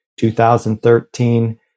2013